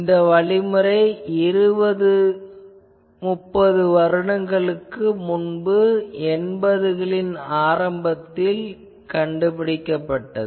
இந்த வழிமுறை 20 30 வருடங்களுக்கு முன்பு 80 களின் போது ஆரம்பிக்கப்பட்டது